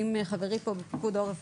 אם לחברי פה מפיקוד העורף,